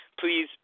please